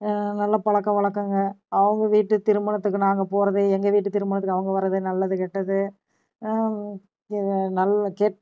நல்ல பழக்கவழக்கம்ங்க அவங்க வீட்டு திருமணத்திற்கு நாங்கள் போவது எங்கள் வீட்டு திருமணத்திற்கு அவங்க வர்றது நல்லது கெட்டது